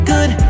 Good